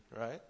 right